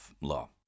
law